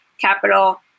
capital